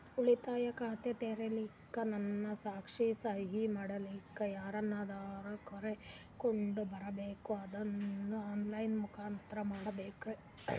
ಉಳಿತಾಯ ಖಾತ ತೆರಿಲಿಕ್ಕಾ ನಾನು ಸಾಕ್ಷಿ, ಸಹಿ ಮಾಡಲಿಕ್ಕ ಯಾರನ್ನಾದರೂ ಕರೋಕೊಂಡ್ ಬರಬೇಕಾ ಅದನ್ನು ಆನ್ ಲೈನ್ ಮುಖಾಂತ್ರ ಮಾಡಬೇಕ್ರಾ?